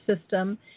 system